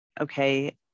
okay